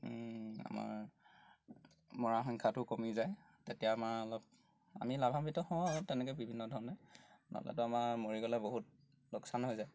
আমাৰ মৰা সংখ্যাটো কমি যায় তেতিয়া আমাৰ অলপ আমি লাভাম্বিত হওঁ আৰু তেনেকৈ বিভিন্ন ধৰণে নহ'লেতো আমাৰ মৰি গ'লে বহুত লোকচানো হৈ যায়